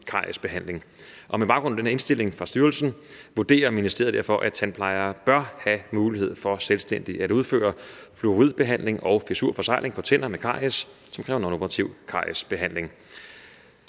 cariesbehandling. Og med baggrund i den indstilling fra styrelsen vurderer ministeriet derfor, at tandplejere bør have mulighed for selvstændigt at udføre fluoridbehandling og fissurforsegling på tænder med caries, som kræver en operativ cariesbehandling.